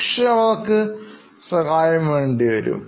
പക്ഷേഅവർക്ക് സഹായം വേണ്ടിവരും